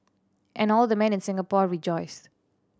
and all the men in Singapore rejoiced